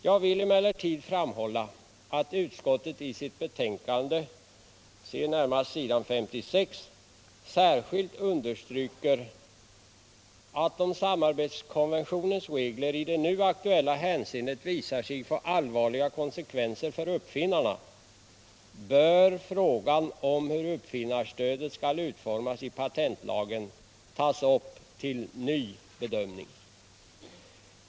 Jag vill emellertid framhålla att utskottet i sitt betänkande — se närmast s. 56 — särskilt understryker att om samarbetskonventionens regler i det nu aktuella hänseendet visar sig få allvarliga konsekvenser för uppfinnarna, bör frågan om hur uppfinnarskyddet skall utformas i patentlagen tas upp till ny prövning.